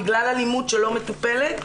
בגלל אלימות שלא מטופלת,